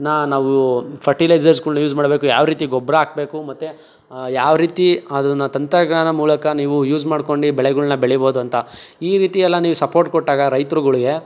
ನಾ ನಾವು ಫರ್ಟಿಲೈಸರ್ಸ್ಗಳನ್ನ ಯೂಸ್ ಮಾಡಬೇಕು ಯಾವ ರೀತಿ ಗೊಬ್ರ ಹಾಕ್ಬೇಕು ಮತ್ತೆ ಯಾವ ರೀತಿ ಅದನ್ನು ತಂತ್ರಜ್ಞಾನದ ಮೂಲಕ ನೀವು ಯೂಸ್ ಮಾಡ್ಕೊಂಡು ಬೆಳೆಗಳನ್ನ ಬೆಳಿಬೋದು ಅಂತ ಈ ರೀತಿಯೆಲ್ಲ ನೀವು ಸಪೋರ್ಟ್ ಕೊಟ್ಟಾಗ ರೈತ್ರುಗಳಿಗೆ